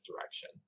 direction